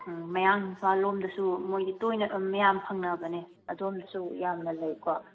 ꯃꯌꯥꯡ ꯏꯝꯐꯥꯜ ꯂꯣꯝꯗꯁꯨ ꯃꯣꯏꯗꯤ ꯇꯣꯏꯅ ꯃꯌꯥꯝ ꯐꯪꯅꯕꯅꯦ ꯑꯗꯣꯝꯗꯁꯨ ꯌꯥꯝꯅ ꯂꯩꯀꯣ